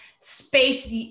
space